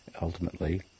ultimately